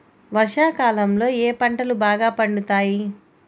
వర్షాకాలంలో ఏ పంటలు బాగా పండుతాయి?